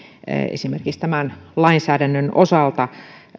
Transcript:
esimerkiksi tämän lainsäädännön osalta